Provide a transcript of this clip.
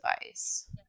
device